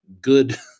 good